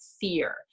fear